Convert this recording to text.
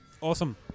Awesome